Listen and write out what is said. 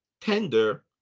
tender